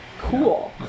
Cool